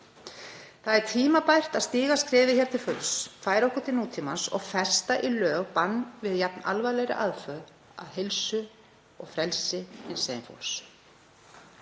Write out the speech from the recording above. Það er tímabært að stíga skrefið til fulls, færa okkur til nútímans og festa í lög bann við jafn alvarlegri aðför að heilsu og frelsi hinsegin fólks.